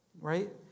right